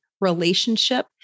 relationship